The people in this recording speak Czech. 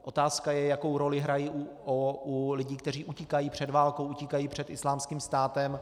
Otázka je, jakou roli hrají u lidí, kteří utíkají před válkou, utíkají před Islámským státem.